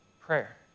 Prayer